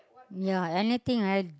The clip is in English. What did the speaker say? ya anything I